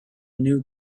new